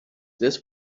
this